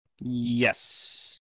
Yes